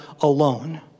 alone